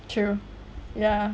true ya